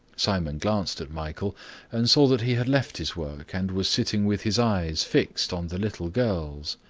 simon glanced at michael and saw that he had left his work and was sitting with his eyes fixed on the little girls.